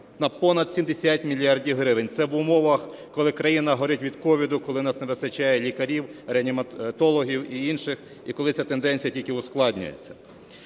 на понад 70 мільярдів гривень. Це в умовах, коли країна горить від COVID, коли у нас не вистачає лікарів, реаніматологів й інших, і коли ця тенденція тільки ускладнюється.